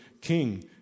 king